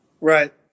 Right